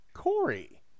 Corey